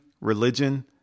religion